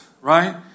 Right